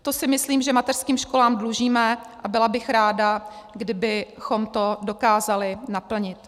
To si myslím, že mateřským školám dlužíme, a byla bych ráda, kdybychom to dokázali naplnit.